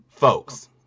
Folks